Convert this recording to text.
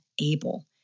able